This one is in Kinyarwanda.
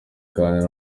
kandi